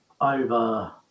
over